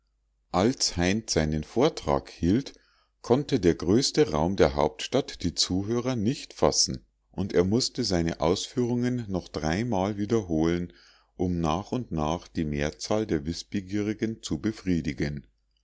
als heinz seinen vortrag hielt konnte der größte raum der hauptstadt die zuhörer nicht fassen und er mußte seine ausführungen noch dreimal wiederholen um nach und nach die mehrzahl der wißbegierigen zu befriedigen